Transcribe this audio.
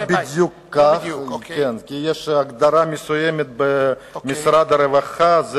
זה לא בדיוק כך, כי יש הגדרה מסוימת במשרד הרווחה.